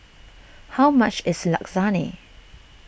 how much is Lasagne